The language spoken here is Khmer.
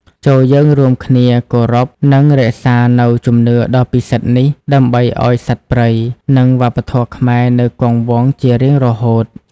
ចូរយើងរួមគ្នាគោរព និងរក្សានូវជំនឿដ៏ពិសិដ្ឋនេះ ដើម្បីឱ្យសត្វព្រៃ និងវប្បធម៌ខ្មែរនៅគង់វង្សជារៀងរហូត។